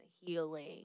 healing